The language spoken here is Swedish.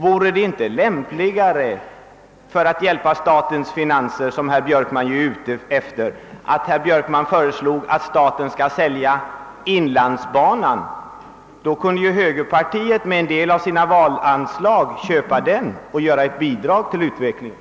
Vore det inte lämpligare att hjälpa upp statens finanser — som ju herr Björkman är ute efter — genom att föreslå att staten skall sälja inlandsbanan? Då kunde ju högerpartiet köpa den för en del av sina valanslag och därmed bidra till utvecklingen.